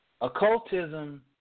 Occultism